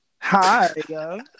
Hi